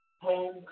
Home